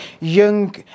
young